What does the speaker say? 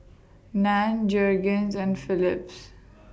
NAN Jergens and Philips